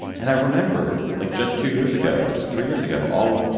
and i remembered like just two years ago, just three years ago, oh,